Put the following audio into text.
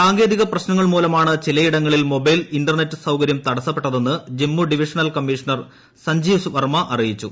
സാങ്കേതിക പ്രശ്നങ്ങൾ മൂലമാണ് ചിലയിടങ്ങളിൽ മൊബൈൽ ഇന്റർനെറ്റ് സൌകര്യം തടസ്സപ്പെട്ടതെന്ന് ജമ്മു ഡിവിഷണൽ കമ്മിഷണർ സഞ്ജീവ് വർമ്മ അറിയിച്ചു